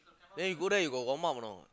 then you go there you got warm up not